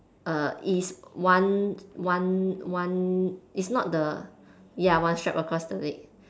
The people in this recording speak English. err is one one one it's not the ya one strap across the leg